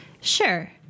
Sure